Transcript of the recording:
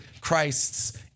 Christ's